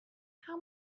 how